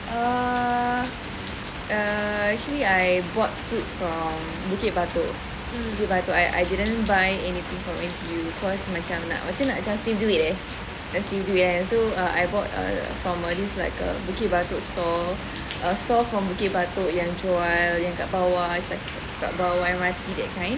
err uh actually I bought food from bukit batok bukit batok I didn't buy anything from N_T_U cause macam nak macam nak save duit eh nak save duit kan so err I bought from a like a bukit batok store a store from bukit batok yang jual yang kat bawah M_R_T that kind